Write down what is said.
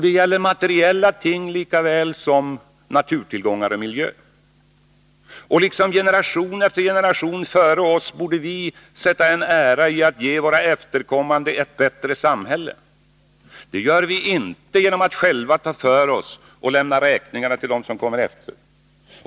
Det gäller materiella ting lika väl som naturtillgångar och miljö. Som generation efter generation före oss borde vi sätta en ära i att ge våra efterkommande ett bättre samhälle. Det gör vi inte genom att själva ta för oss och lämna räkningarna till dem som kommer efter.